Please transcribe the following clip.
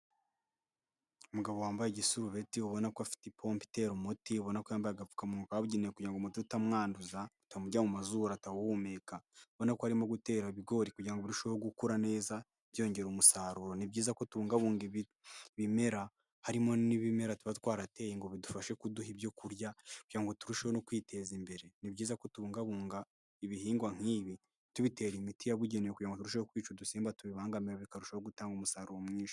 Umugabo wambaye igisurubeti ubona ko afite ipompe itera umuti ubona ko yambaye agapfumunwa kabugene kugira ngo umuti utamwanduza atamujya mu mazuru atawuhumekabona ubona ko arimo gutera ibigori kugirango ngo birusheho gukura neza byoyongera umusaruro. Ni byiza kubungabunga ibimera harimo n'ibimera tuba twarateye ngo bidufashe kuduha ibyokurya kugirango ngo turusheho kwiteza imbere ni byiza ku tubungabunga ibihingwa nk'ibi tubite imiti yabugenewe kugira ngo turusheho kwica udusimba tubibangamira bikarushaho gutanga umusaruro mwinshi.